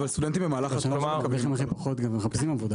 אבל סטודנטים במהלך --- מחפשים עבודה.